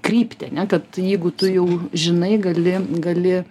kryptį ar ne kad jeigu tu jau žinai gali gali